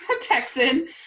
Texan